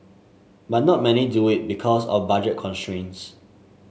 but not many do it because of budget constraints